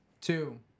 two